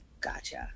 Gotcha